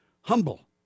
Humble